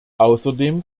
außerdem